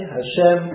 Hashem